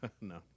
no